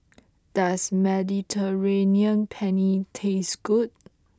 does Mediterranean Penne taste good